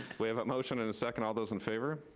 we have a motion and a second, all those in favor?